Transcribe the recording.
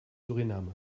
suriname